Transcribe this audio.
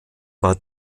war